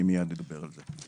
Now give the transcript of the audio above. אני מיד אדבר על זה.